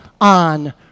on